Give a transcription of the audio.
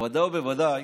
בוודאי בוודאי